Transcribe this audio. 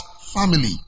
family